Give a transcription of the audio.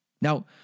Now